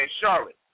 Charlotte